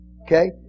Okay